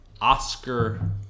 oscar